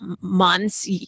months